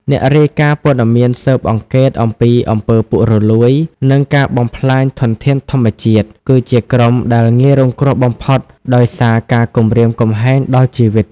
អ្នករាយការណ៍ព័ត៌មានស៊ើបអង្កេតអំពីអំពើពុករលួយ និងការបំផ្លាញធនធានធម្មជាតិ គឺជាក្រុមដែលងាយរងគ្រោះបំផុតដោយសារការគំរាមកំហែងដល់ជីវិត។